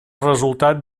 resultat